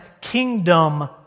kingdom